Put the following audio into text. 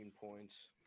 points